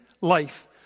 life